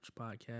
podcast